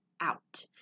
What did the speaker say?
out